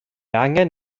angen